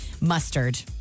Mustard